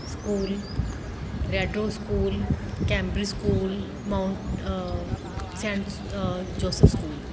school red rose school cambridge school mount saint joseph's school